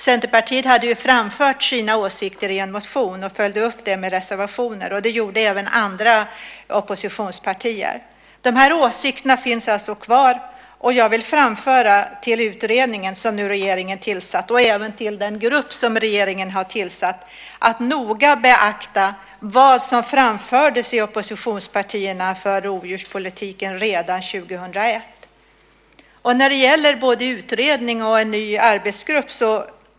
Centerpartiet hade ju framfört sina åsikter i en motion och följde upp det med reservationer. Det gjorde även andra oppositionspartier. De här åsikterna finns alltså kvar. Jag vill framföra till den utredning som regeringen nu tillsatt, och även till den grupp som regeringen har tillsatt, att noga beakta vad som framfördes i oppositionspartierna för rovdjurspolitiken redan 2001.